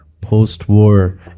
post-war